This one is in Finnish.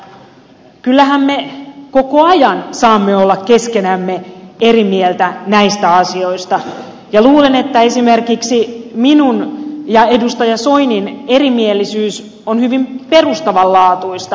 kyllähän me koko ajan saamme olla keskenämme eri mieltä näistä asioista ja luulen että esimerkiksi minun ja edustaja soinin erimielisyys on hyvin perustavanlaatuista